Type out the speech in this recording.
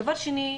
דבר שני,